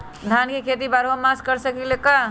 धान के खेती बारहों मास कर सकीले का?